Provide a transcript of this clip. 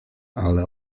ale